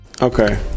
Okay